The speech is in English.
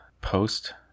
post